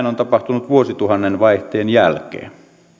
on tapahtunut vuosituhannen vaihteen jälkeen